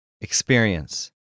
experience